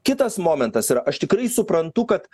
kitas momentas yra aš tikrai suprantu kad